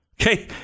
Okay